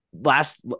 last